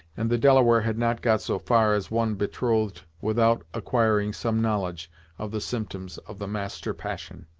and the delaware had not got so far as one betrothed without acquiring some knowledge of the symptoms of the master passion.